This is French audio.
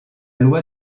loi